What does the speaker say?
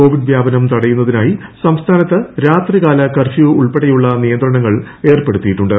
Covid വ്യാപനം തടയുന്നതിനായി സംസ്ഥാനത്ത് രാത്രികാല കർഫ്യൂ ഉൾപ്പെടെയുള്ള നിയന്ത്രണങ്ങൾ ഏർപ്പെട്ടുത്തിയിട്ടുണ്ട്